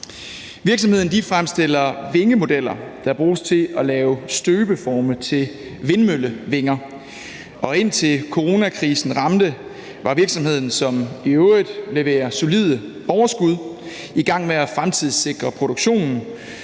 Virksomheden fremstiller vingemodeller, der bruges til at lave støbeforme til vindmøllevinger. Indtil coronakrisen ramte, var virksomheden, som i øvrigt leverer solide overskud, i gang med at fremtidssikre produktionen